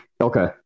Okay